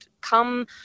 come